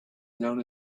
known